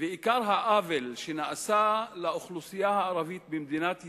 ועיקר העוול שנעשה לאוכלוסייה הערבית במדינת ישראל,